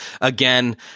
Again